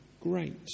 great